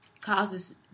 causes